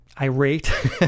irate